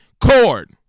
cord